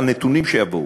על נתונים שיבואו,